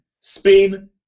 Spain